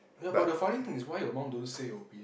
ya but the funny thing is why your mum don't say her opinion